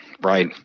Right